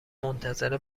منتظر